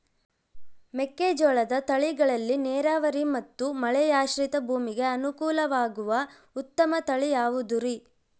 ಮೆಕ್ಕೆಜೋಳದ ತಳಿಗಳಲ್ಲಿ ನೇರಾವರಿ ಮತ್ತು ಮಳೆಯಾಶ್ರಿತ ಭೂಮಿಗೆ ಅನುಕೂಲವಾಗುವ ಉತ್ತಮ ತಳಿ ಯಾವುದುರಿ?